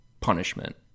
punishment